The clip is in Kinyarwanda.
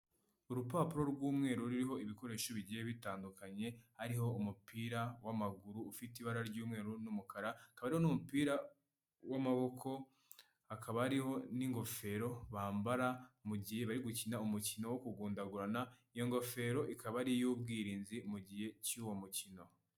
Urupapuro rw’umweru ruriho ibikoresho bigiye bitandukanye ariho umupira w'amaguru ufite ibara ry'umweru n'umukaraba hakaba hariho n'umupira w'amaboko akaba ariho n'ingofero bambara mu gihe bari gukina umukino wo kugundagurana iyo ngofero ikaba ari iy'ubwirinzi mu gihe cy'uwo mukino.